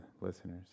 listeners